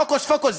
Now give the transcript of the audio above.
הוקוס פוקוס,